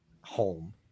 home